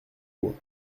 bois